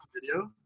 video